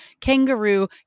Kangaroo